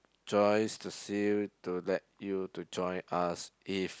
Joyce to see to let you to join us if